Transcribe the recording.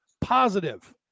positive